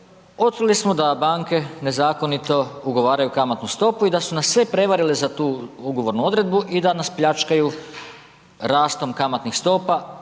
otkrili smo da banke nezakonito ugovaraju kamatnu stopu i da su nas sve prevarili za tu ugovornu odredbu i da nas pljačkaju rastom kamatnih stopa,